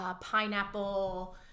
pineapple